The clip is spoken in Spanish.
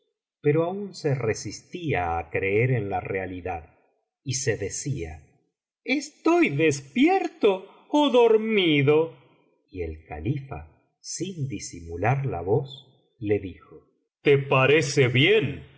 pero aún se resistía á creer en la realidad y se decía estoy despierto ó dormido y el califa sin disimular la voz le dijo te parece bien